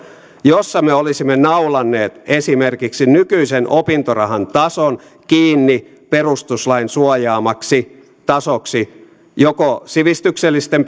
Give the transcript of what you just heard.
jossa me olisimme naulanneet kiinni esimerkiksi nykyisen opintorahan tason perustuslain suojaamaksi tasoksi joko sivistyksellisten